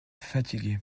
fatigué